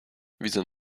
widzę